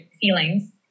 feelings